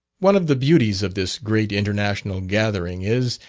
one of the beauties of this great international gathering is,